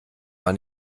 mal